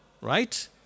right